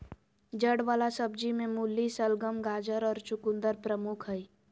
जड़ वला सब्जि में मूली, शलगम, गाजर और चकुंदर प्रमुख हइ